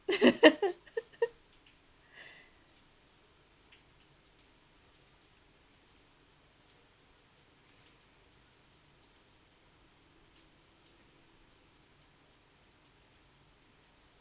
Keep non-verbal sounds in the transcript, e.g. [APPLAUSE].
[LAUGHS] [BREATH]